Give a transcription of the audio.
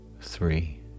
three